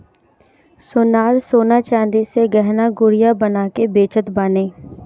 सोनार सोना चांदी से गहना गुरिया बना के बेचत बाने